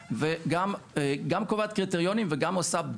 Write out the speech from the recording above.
מכיוון שגם אני מבקר, אני יכול לענות לך.